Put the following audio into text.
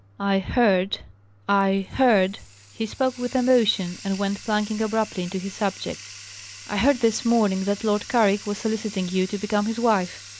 i heard i heard he spoke with emotion, and went plunging abruptly into his subject i heard this morning that lord carrick was soliciting you to become his wife.